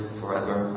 forever